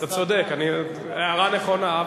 אתה צודק, הערה נכונה.